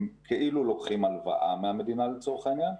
הם כאילו לוקחים הלוואה מהמדינה, לצורך העניין.